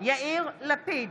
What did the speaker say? יאיר לפיד,